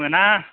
मोना